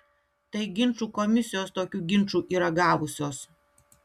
tai ginčų komisijos tokių ginčų yra gavusios